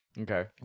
Okay